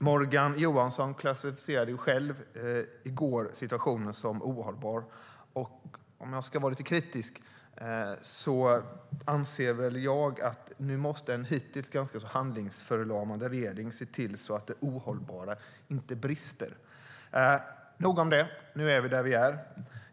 Morgan Johansson klassificerade i går själv situationen som ohållbar. Om jag ska vara lite kritisk anser jag väl att en hittills ganska handlingsförlamad regering nu måste se till att det ohållbara inte brister. Men nog om det. Nu är vi där vi är.